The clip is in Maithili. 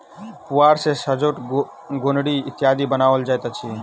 पुआर सॅ सजौट, गोनरि इत्यादि बनाओल जाइत अछि